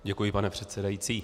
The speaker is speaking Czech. Děkuji, pane předsedající.